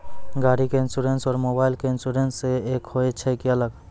गाड़ी के इंश्योरेंस और मोबाइल के इंश्योरेंस एक होय छै कि अलग?